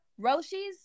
roshis